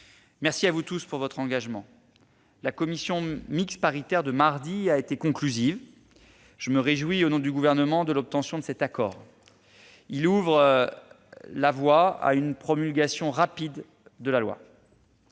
Merci à vous tous pour votre engagement ! La commission mixte paritaire de mardi a été conclusive. Je me réjouis, au nom du Gouvernement, de l'obtention de cet accord, ouvrant la voie à une promulgation rapide de la loi.